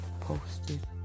posted